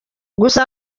gusa